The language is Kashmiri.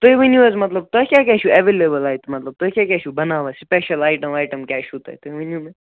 تُہۍ ؤنِو حظ مطلب تۄہہِ کیٛاہ کیٛاہ چھُو اٮ۪ویلیبٕل اَتہِ مطلب تُہۍ کیٛاہ کیٛاہ چھُو بَناوان سٕپیشَل آیٹَم وَیٹَم کیٛاہ چھُو تۄہہِ تُہۍ ؤنِو مےٚ